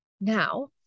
Now